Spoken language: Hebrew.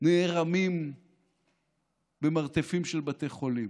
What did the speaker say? נערמים במרתפים של בתי חולים.